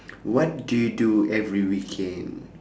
what do you do every weekend